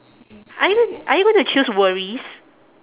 are you are you going to choose worries